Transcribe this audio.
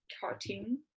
cartoon